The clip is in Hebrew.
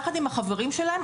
יחד עם החברים שלהם,